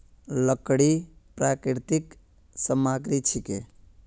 लकड़ी प्राकृतिक सामग्री छिके